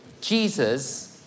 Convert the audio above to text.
Jesus